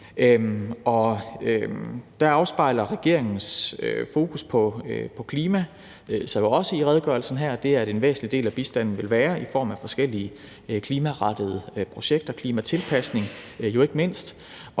igennem FN. Regeringens fokus på klima afspejles jo i redegørelsen her, ved at en væsentlig del af bistanden vil være i form af forskellige klimarettede projekter, klimatilpasning jo ikke mindst,